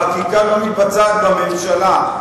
החקיקה לא מתבצעת בממשלה.